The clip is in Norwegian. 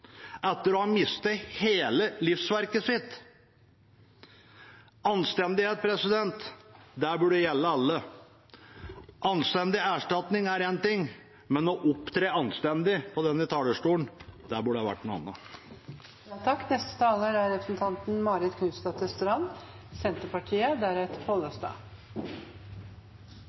etter å ha mistet hele livsverket sitt? Anstendighet, det burde gjelde alle. Anstendig erstatning er én ting, men å opptre anstendig på denne talerstolen burde vært noe annet. Håndteringen av en hel næring i pelsdyrsaken er